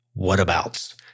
whatabouts